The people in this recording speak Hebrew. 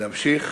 להמשיך